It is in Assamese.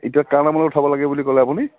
এতিয়া কাৰ নামলৈ উঠাব লাগে বুলি ক'লে আপুনি